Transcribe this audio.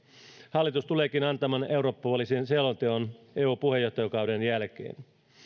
hallitus tuleekin antamaan eurooppapoliittisen selonteon eu puheenjohtajakauden jälkeen